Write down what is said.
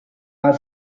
are